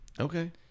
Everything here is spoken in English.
Okay